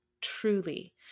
truly